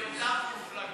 ידיעותיו מופלגות.